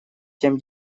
тем